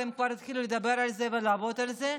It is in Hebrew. והם כבר התחילו לדבר על זה ולעבוד על זה,